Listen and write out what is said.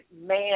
man